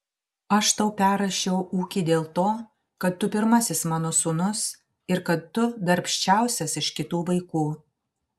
aš tau perrašiau ūkį dėl to kad tu pirmasis mano sūnus ir kad tu darbščiausias iš kitų vaikų